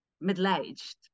middle-aged